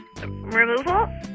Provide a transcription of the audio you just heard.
removal